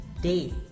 day